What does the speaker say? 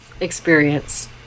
experience